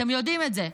אתם יודעים את זה.